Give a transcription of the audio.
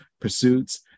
pursuits